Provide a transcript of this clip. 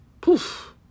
poof